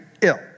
ill